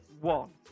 one